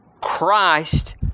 Christ